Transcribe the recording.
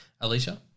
Alicia